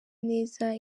neza